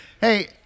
Hey